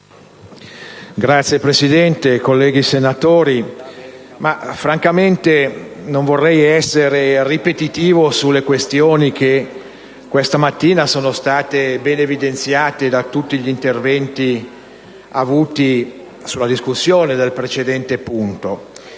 Signor Presidente, colleghi senatori,